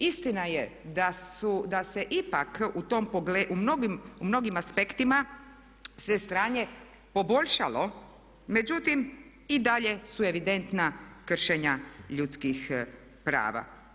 Istina je da se ipak u mnogim aspektima se stanje poboljšalo, međutim i dalje su evidentna kršenja ljudskih prava.